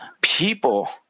people